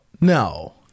no